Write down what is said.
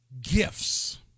gifts